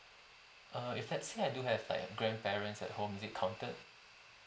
err if let's say I do have like a grandparents at home is it counted